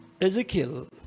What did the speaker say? Ezekiel